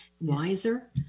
wiser